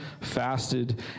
fasted